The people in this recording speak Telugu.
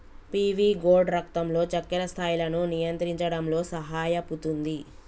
పీవీ గోర్డ్ రక్తంలో చక్కెర స్థాయిలను నియంత్రించడంలో సహాయపుతుంది